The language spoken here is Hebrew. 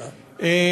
תודה.